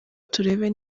turebe